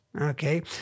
Okay